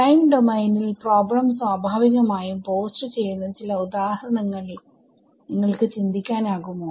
time ഡോമെയ്നിൽ problem സ്വഭാവികമായും post ചെയ്യുന്ന ചില ഉദാഹരണങ്ങൾ നിങ്ങൾക്ക് ചിന്തിക്കാനാകുമോ